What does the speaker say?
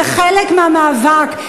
זה חלק מהמאבק.